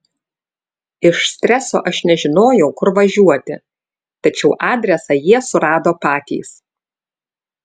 iš streso aš nežinojau kur važiuoti tačiau adresą jie surado patys